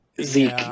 Zeke